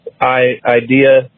idea